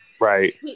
Right